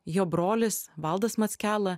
jo brolis valdas mackela